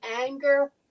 anger